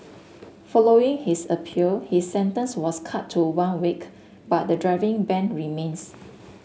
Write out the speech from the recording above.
following his appeal his sentence was cut to one week but the driving ban remains